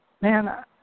man